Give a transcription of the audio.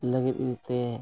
ᱞᱟᱹᱜᱤᱫ ᱛᱮ